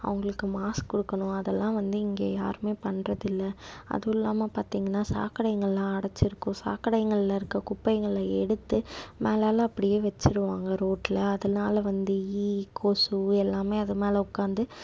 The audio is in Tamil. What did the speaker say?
அவங்களுக்கு மாஸ்க் கொடுக்கணும் அதெல்லாம் வந்து இங்கே யாருமே பண்ணுறதில்ல அதுமில்லாம பார்த்தீங்கன்னா சாக்கடை எங்கெல்லாம் அடைச்சிருக்கோ சாக்கடைங்களில் இருக்க குப்பைங்களில் எடுத்து மேலாலே அப்படியே வெச்சுடுவாங்க ரோடில் அதனால் வந்து ஈ கொசு எல்லாமே அது மேலே உட்காந்து